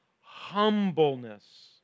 humbleness